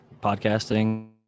podcasting